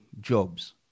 jobs